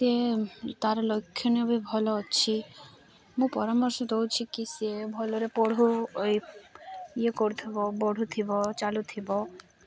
C ତାର ଲକ୍ଷଣ ବି ଭଲ ଅଛି ମୁଁ ପରାମର୍ଶ ଦଉଛି କି ସିଏ ଭଲରେ ବଢ଼ୁ ଇଏ କରୁଥିବ ବଢ଼ୁଥିବ ଚାଲୁଥିବ